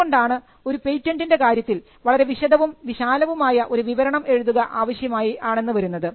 അതുകൊണ്ടാണ് ഒരു പേറ്റന്റിൻറെ കാര്യത്തിൽ വളരെ വിശദവും വിശാലവുമായ ഒരു വിവരണം എഴുതുക ആവശ്യമാണെന്ന് വരുന്നത്